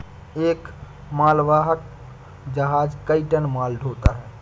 एक मालवाहक जहाज कई टन माल ढ़ोता है